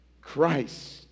Christ